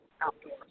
outdoors